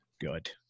good